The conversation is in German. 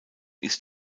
ist